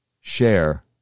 share